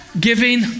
giving